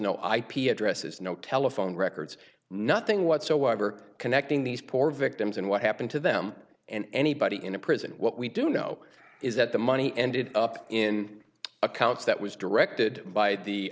no ip addresses no telephone records nothing whatsoever connecting these poor victims and what happened to them and anybody in a prison what we do know is that the money ended up in accounts that was directed by the